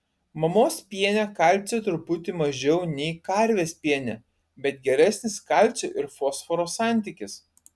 mamos piene kalcio truputį mažiau nei karvės piene bet geresnis kalcio ir fosforo santykis